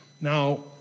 Now